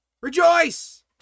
rejoice